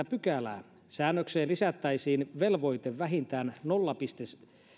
pykälää säännökseen lisättäisiin velvoite vähintään nolla pilkku